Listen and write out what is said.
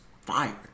fire